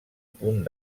punt